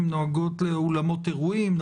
הן נוגעות לאולמות אירועים,